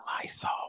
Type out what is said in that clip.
Lysol